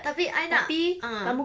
tapi I nak ah